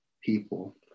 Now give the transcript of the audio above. people